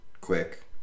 Quick